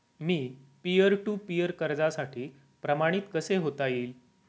Me peer to peer कर्जासाठी प्रमाणित कसे होता येईल?